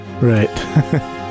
Right